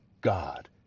God